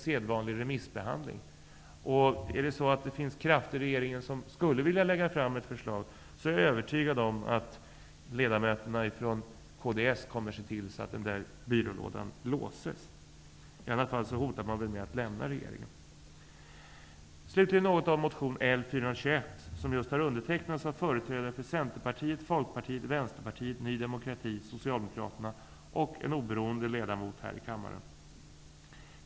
Även om det skulle finnas krafter i regeringen som är för framläggande av ett förslag, är jag övertygad om att ledamöterna från kds kommer att se till att denna byrålåda låses. I annat fall hotar man väl med att lämna regeringen. Socialdemokraterna samt av en oberoende ledamot här i kammaren.